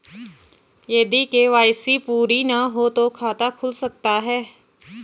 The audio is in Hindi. यदि के.वाई.सी पूरी ना हो तो खाता खुल सकता है?